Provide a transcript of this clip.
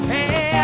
Hey